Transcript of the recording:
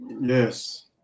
Yes